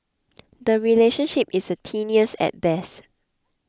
the relationship is a tenuous at best